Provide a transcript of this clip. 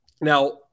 Now